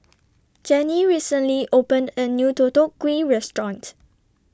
Jerrie recently opened A New Deodeok Gui Restaurant